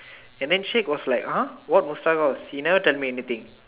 and then Sheikh was like !huh! what Mustak house he never tell me anything